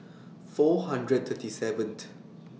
four hundred thirty seventh